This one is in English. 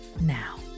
now